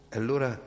allora